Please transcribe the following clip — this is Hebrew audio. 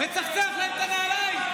מצחצח להם את הנעליים.